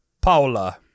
Paula